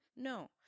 No